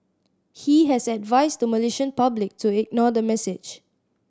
he has advised the Malaysian public to ignore the message